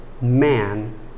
man